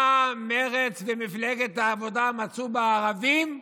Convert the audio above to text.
מה מרצ ומפלגת העבודה מצאו בערבים?